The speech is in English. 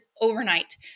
overnight